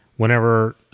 Whenever